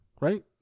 Right